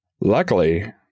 Luckily